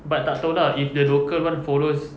but tak tahu lah if the local one follows